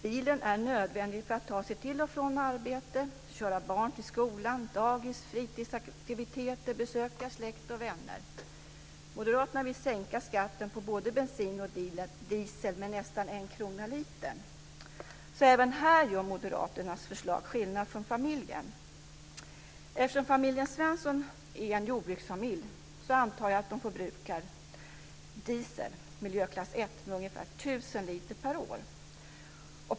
Den är nödvändig för att ta sig till och från arbetet, köra barn till skolan, till dagis, till fritidsaktiviteter och för att besöka släkt och vänner. Moderaterna vill sänka skatten på både bensin och diesel med nästan 1 krona litern. Även här gör moderaternas förslag skillnad för familjen. Eftersom familjen Svensson är en jordbruksfamilj antar jag att de förbrukar ca 1 000 liter diesel, miljöklass 1, per år.